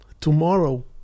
tomorrow